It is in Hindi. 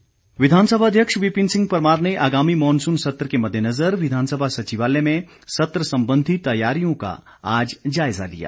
परमार विधानसभा अध्यक्ष विपिन सिंह परमार ने आगामी मॉनसून सत्र के मद्देनजर विधानसभा सचिवालय में सत्र संबधी तैयारियों का आज जायजा लिया